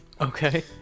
Okay